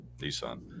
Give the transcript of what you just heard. Nissan